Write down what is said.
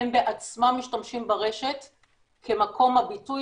הם בעצמם משתמשים ברשת כמקום הביטוי